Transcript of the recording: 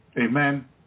Amen